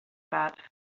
that